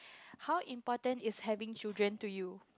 how important is having children to you